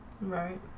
Right